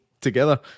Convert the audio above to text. together